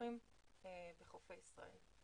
הקידוחים בחופי ישראל.